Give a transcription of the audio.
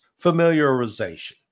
familiarization